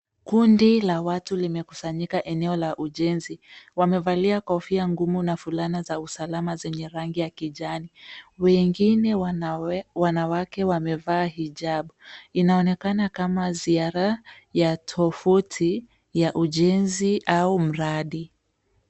Kundi la watu limekusanyika eneo la ujenzi. Wamevalia kofia ngumu na fulana za usalama zenye rangi ya kijani. Wengine wanawake wamevaa hijab. Inaonekana kama ziara ya tovuti ya ujenzi au mradi.